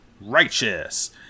Righteous